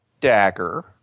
dagger